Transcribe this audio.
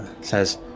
says